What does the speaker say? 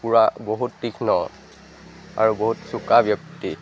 পূৰা বহুত তীক্ষ্ণ আৰু বহুত চোকা ব্যক্তি